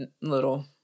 little